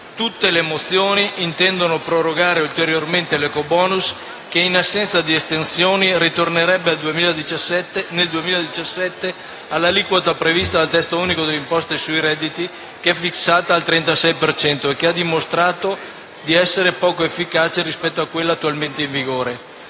Tutte le mozioni intendono prorogare ulteriormente l'ecobonus che, in assenza di estensioni, ritornerebbe dal 2017 all'aliquota prevista dal Testo Unico delle Imposte sui Redditi che è fissata al 36 per cento e che ha dimostrato di poco efficace rispetto a quella attualmente in vigore.